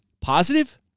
positive